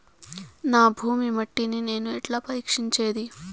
నా భూమి మట్టిని నేను ఎట్లా పరీక్షించేది?